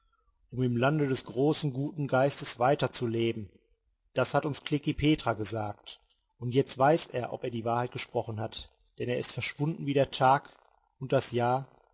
um im lande des großen guten geistes weiter zu leben das hat uns klekih petra gesagt und jetzt weiß er ob er die wahrheit gesprochen hat denn er ist verschwunden wie der tag und das jahr